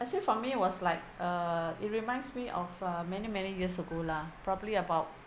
I think for me was like uh it reminds me of uh many many years ago lah probably about